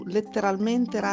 Letteralmente